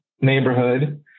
neighborhood